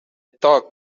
thought